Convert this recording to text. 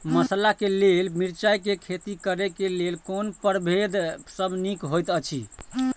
मसाला के लेल मिरचाई के खेती करे क लेल कोन परभेद सब निक होयत अछि?